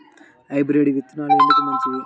Hybrid విత్తనాలు ఎందుకు మంచివి?